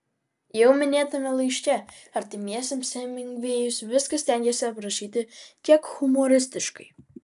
jau minėtame laiške artimiesiems hemingvėjus viską stengėsi aprašyti kiek humoristiškai